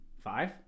Five